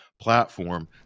platform